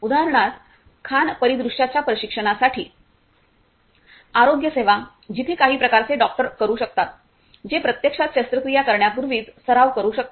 उदाहरणार्थ खाण परिदृश्यांच्या प्रशिक्षणासाठी आरोग्यसेवा जिथे काही प्रकारचे डॉक्टर करु शकतात ते प्रत्यक्षात शस्त्रक्रिया करण्यापूर्वीच सराव करु शकतात